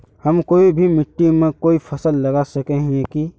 हम कोई भी मिट्टी में कोई फसल लगा सके हिये की?